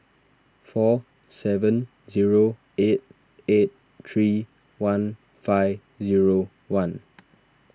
four seven zero eight eight three one five zero one